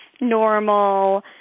normal